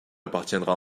appartiendra